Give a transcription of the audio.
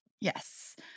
Yes